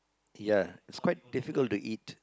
ya it's quite difficult to eat